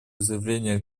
заявление